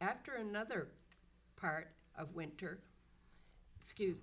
after another part of winter excuse